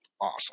Awesome